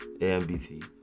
AMBT